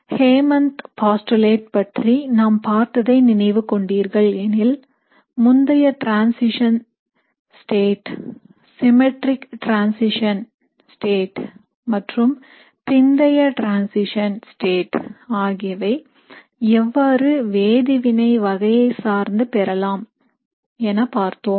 Hammond's postulate Hammond's postulate பற்றி நாம் பார்த்ததை நினைவு கொண்டீர்கள் எனில் முந்தைய transition state symmetric transition state மற்றும் பிந்தைய டிரான்சிஷன் state ஆகியவை எவ்வாறு வேதிவினை வகையை சார்ந்து பெறலாம் என பார்த்தோம்